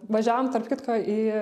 važiavom tarp kitko į